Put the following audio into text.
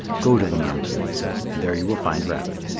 go to the mountain, he said, and there you will find rabbit.